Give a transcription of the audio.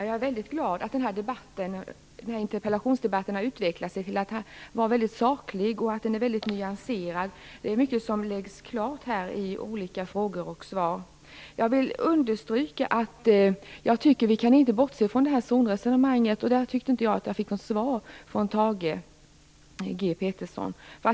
Herr talman! Jag är väldigt glad att den här debatten har utvecklats till att bli mycket saklig och nyanserad. Det är mycket som klarläggs i olika frågor och svar. Jag vill understryka att jag tycker att vi inte kan bortse från zonresonemanget, och där fick jag inte något svar från Thage G Peterson.